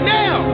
now